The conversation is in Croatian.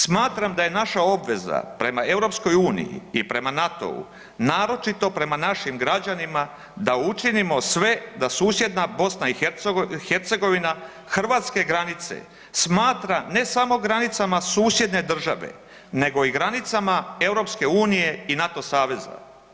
Smatram da je naša obveza prema EU i prema NATO-u, naročito prema našim građanima, da učinimo sve da susjedna BiH Hrvatske granice smatra, ne samo granicama susjedne države, nego i granicama EU i NATO saveza.